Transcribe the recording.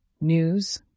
News